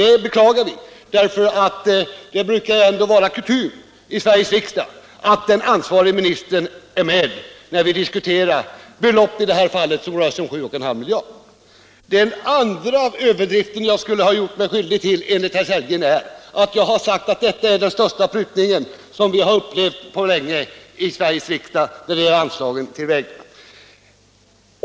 Vi beklagar det, eftersom det ändå brukar vara kutym att den ansvarige ministern är med när vi i riksdagen diskuterar belopp som i detta fall uppgår till 7,5 miljarder. Den andra överdriften som jag skulle ha gjort mig skyldig till enligt herr Sellgren är att det skulle vara fråga om den största prutning som vi har upplevt på länge i Sveriges riksdag när det gäller anslag till vägarna.